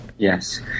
Yes